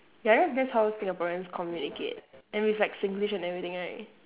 ya that's that's how singaporeans communicate and with like singlish and everything right